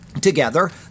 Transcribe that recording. Together